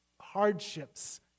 hardships